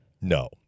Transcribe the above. No